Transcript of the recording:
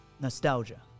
nostalgia